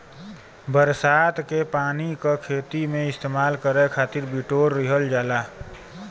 बरसात के पानी क खेती में इस्तेमाल करे खातिर बिटोर लिहल जाला